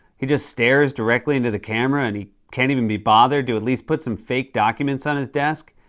he just stares directly into the camera, and he can't even be bothered to, at least, put some fake documents on his desk.